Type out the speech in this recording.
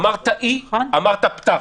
אמרת "אי", אמרת "פתח".